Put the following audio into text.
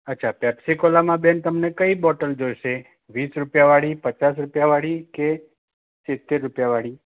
અચ્છા પેપ્સીકોલામાં બેન તમને કઈ બોટલ જોઇશે વીસ રૂપિયાવાળી પચાસ રૂપિયાવાળી કે સિત્તેર રૂપિયાવાળી